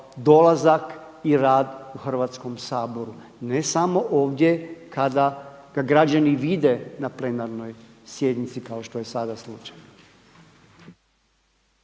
dolazak i rad u Hrvatskom saboru, ne samo ovdje kada ga građani vide na plenarnoj sjednici kao što je sada slučaj.